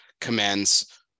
commands